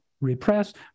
repressed